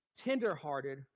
tenderhearted